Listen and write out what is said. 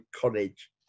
college